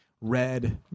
red